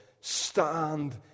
stand